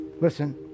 Listen